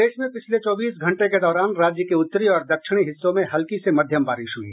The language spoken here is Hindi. प्रदेश में पिछले चौबीस घंटे के दौरान राज्य के उत्तरी और दक्षिणी हिस्सों में हल्की से मध्यम बारिश हुई